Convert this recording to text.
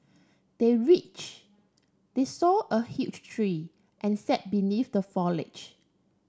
they reach they saw a huge tree and sat beneath the foliage